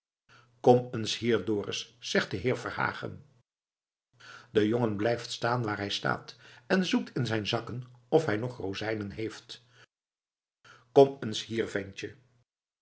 kom eens hier dorus zegt de heer verhagen de jongen blijft staan waar hij staat en zoekt in zijn zakken of hij nog rozijnen heeft kom eens hier ventje